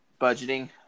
budgeting